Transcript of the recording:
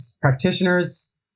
practitioners